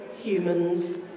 humans